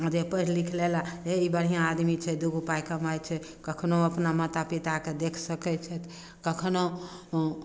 आ जे पैढ़ लिख लेलक हे ई बढ़िआँ आदमी छै दुगो पाइ कमाइ छै कखनो अपना माता पिताके देख सकै छथि कखनो